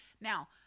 Now